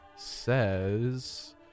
says